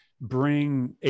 bring